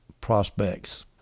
prospects